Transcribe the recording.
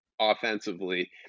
offensively